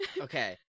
Okay